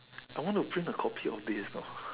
I want to print a copy of this you know